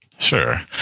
Sure